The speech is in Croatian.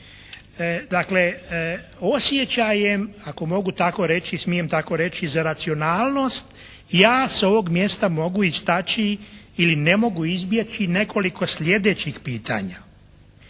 Dakle, osjećajem, ako mogu tako reći, smijem tako reći za racionalnost ja sa ovog mjesta mogu istaći ili ne mogu izbjeći nekoliko sljedećih pitanja.